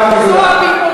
יש הבדל רב.